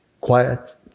quiet